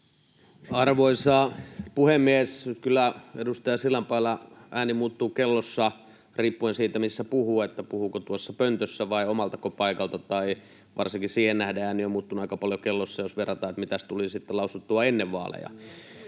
Arvoisa puhemies! Kyllä edustaja Sillanpäällä muuttuu ääni kellossa riippuen siitä, missä puhuu, puhuuko tuossa pöntössä vai omalta paikalta, ja varsinkin siihen nähden ääni on muuttunut kellossa aika paljon, jos verrataan siihen, mitäs tuli lausuttua ennen vaaleja.